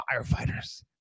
firefighters